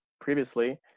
previously